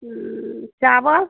चाबल